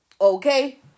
Okay